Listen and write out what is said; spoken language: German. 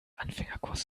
anfängerkurs